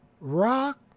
rock